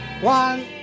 One